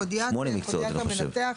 פודיאטר מנתח,